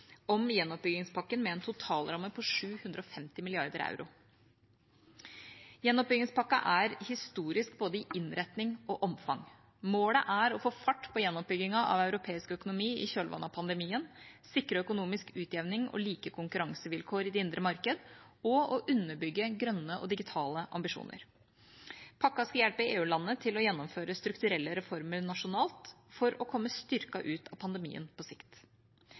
om gjenoppbyggingspakka, med en totalramme på 750 mrd. euro. Gjenoppbyggingspakka er historisk i både innretning og omfang. Målet er å få fart på gjenoppbyggingen av europeisk økonomi i kjølvannet av pandemien, sikre økonomisk utjevning og like konkurransevilkår i det indre marked og underbygge grønne og digitale ambisjoner. Pakka skal hjelpe EU-landene til å gjennomføre strukturelle reformer nasjonalt, for å komme styrket ut av pandemien på sikt.